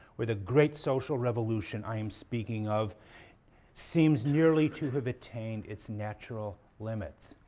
where the great social revolution i am speaking of seems nearly to have attained its natural limits,